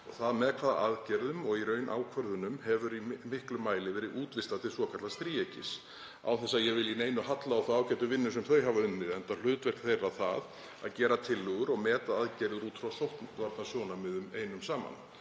og hins vegar að aðgerðum og í raun ákvörðunum hefur í miklum mæli verið útvistað til svokallaðs þríeykis, án þess að ég vilji neinu halla á þá ágætu vinnu sem þau hafa unnið enda er hlutverk þeirra að gera tillögur og meta aðgerðir út frá sóttvarnasjónarmiðum einum saman.